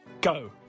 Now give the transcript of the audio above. Go